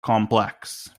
complex